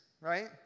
right